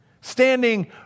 standing